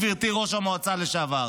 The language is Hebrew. גברתי ראש המועצה לשעבר,